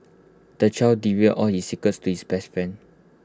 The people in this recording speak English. the child divulged all his secrets to his best friend